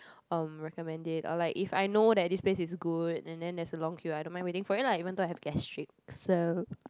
um recommend it or like if I know that this place is good and then there's a long queue I don't mind waiting for it lah even though I have gastric so